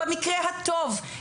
במקרה הטוב,